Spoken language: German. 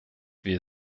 wir